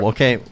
Okay